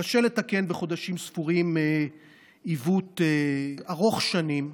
קשה לתקן בחודשים ספורים עיוות ארוך שנים,